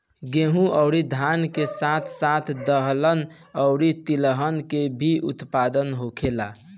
गेहूं अउरी धान के साथ साथ दहलन अउरी तिलहन के भी उत्पादन होखेला